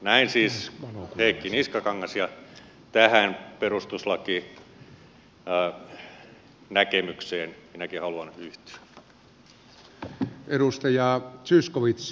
näin siis heikki niskakangas ja tähän perustuslakinäkemykseen minäkin haluan yhtyä